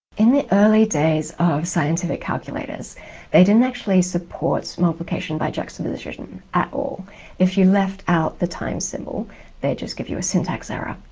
in the early days of scientific calculators they didn't actually support multiplication by juxtaposition at all if you left out the times symbol they'd just give you a syntax error.